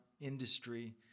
industry